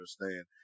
understand